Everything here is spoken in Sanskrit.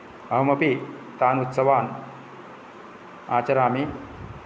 अहमपि तान् उत्सवान् आचरामि